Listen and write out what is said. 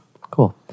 Cool